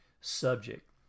subject